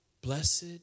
Blessed